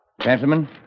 Gentlemen